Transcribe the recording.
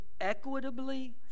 equitably